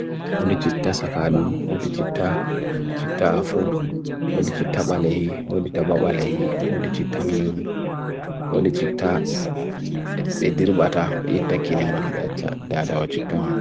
Odi chita sakannum, Odi chita chita afo, Odi chita balehi, Odi chita babalehi, Odi chita nunun, Odi chita edirbata, be ita kinemun, be chita dadao chitaun.